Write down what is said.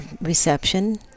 reception